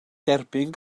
derbyn